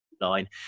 line